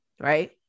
right